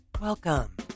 Welcome